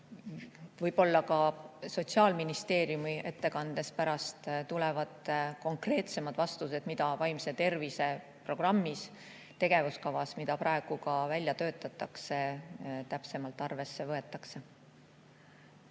Võib-olla Sotsiaalministeeriumi ettekandes pärast tulevad konkreetsemad vastused, mida vaimse tervise programmis, tegevuskavas, mida praegu välja töötatakse, täpsemalt arvesse võetakse.